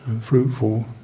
fruitful